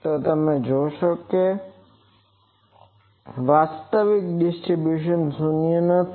તો તમે તે જોશો પરંતુ વાસ્તવિક ડિસ્ટરીબ્યુસન શૂન્ય નથી